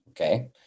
Okay